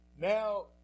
Now